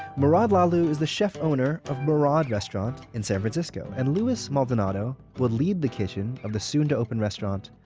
mourad lahlou is the chef-owner of mourad restaurant in san francisco, and louis maldonado will lead the kitchen of the soon-to-open restaurant,